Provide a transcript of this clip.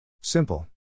Simple